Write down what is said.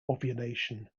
ovulation